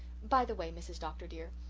by the way, mrs. dr. dear,